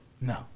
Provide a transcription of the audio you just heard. No